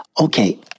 Okay